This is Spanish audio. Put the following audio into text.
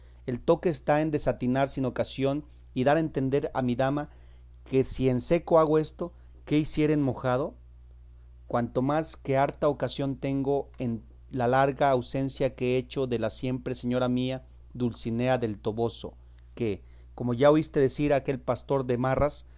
el toque está desatinar sin ocasión y dar a entender a mi dama que si en seco hago esto qué hiciera en mojado cuanto más que harta ocasión tengo en la larga ausencia que he hecho de la siempre señora mía dulcinea del toboso que como ya oíste decir a aquel pastor de marras